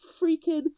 freaking